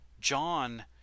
John